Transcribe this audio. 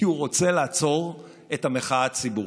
כי הוא רוצה לעצור את המחאה הציבורית.